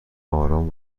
آرام